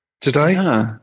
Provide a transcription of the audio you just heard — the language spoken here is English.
today